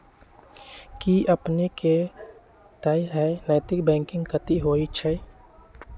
कि अपनेकेँ थाह हय नैतिक बैंकिंग कथि होइ छइ?